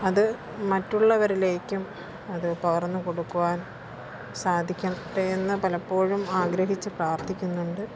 അത് മറ്റുള്ളവരിലേക്കും അത് പകർന്ന് കൊടുക്കുവാൻ സാധിക്കട്ടെ എന്ന് പലപ്പോഴും ആഗ്രഹിച്ച് പ്രാർത്ഥിക്കുന്നുണ്ട്